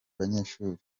banyeshuri